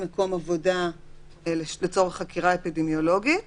מקום עבודה לצורך חקירה אפידמיולוגית,